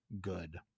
good